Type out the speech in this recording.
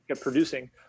producing